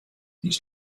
these